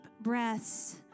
breaths